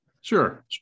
Sure